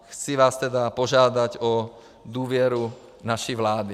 Chci vás tedy požádat o důvěru naší vládě.